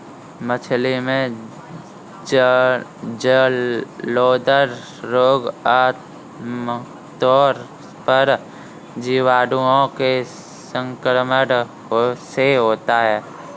मछली में जलोदर रोग आमतौर पर जीवाणुओं के संक्रमण से होता है